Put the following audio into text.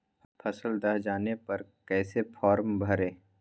फसल दह जाने पर कैसे फॉर्म भरे?